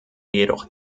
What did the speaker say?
jedoch